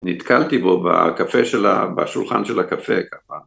נתקלתי בו, ב...קפה של ה-בשולחן של הקפה ככה.